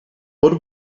por